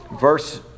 verse